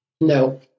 No